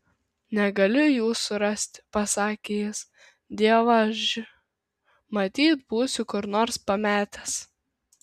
negaliu jų surasti pasakė jis dievaž matyt būsiu kur nors pametęs